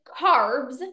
carbs